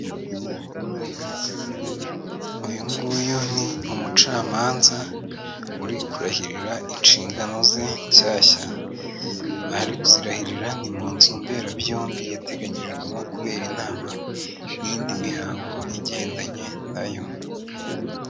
Uyu nguyu ni umucamanza uri kurahirira inshingano ze nshyashya. Aha ari kuzirahirira ni mu nzu mberabyombi yateganyirijwemo kubera inama n'iyindi mihango igendanye na yo.